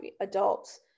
adults